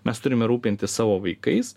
mes turime rūpintis savo vaikais